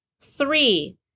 Three